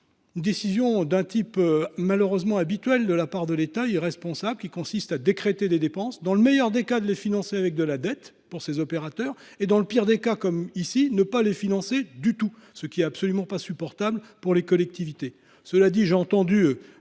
les décisions de ce type, malheureusement habituelles de la part de l’État irresponsable, qui consistent à décréter des dépenses pour, dans le meilleur des cas, les financer avec de la dette pour ses opérateurs et, dans le pire des cas, comme ici, à ne pas les financer du tout, ce qui est absolument insupportable pour les collectivités. Cela dit, j’ai entendu